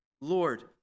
Lord